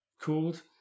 called